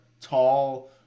tall